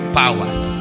powers